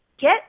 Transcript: get